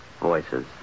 voices